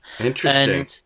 Interesting